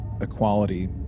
equality